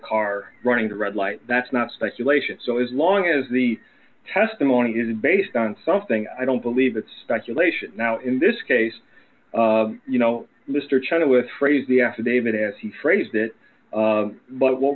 car running the red light that's not speculation so as long as the testimony is based on something i don't believe it's speculation now in this case you know mr chenowith phrase the affidavit as he phrased it but what